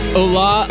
Hola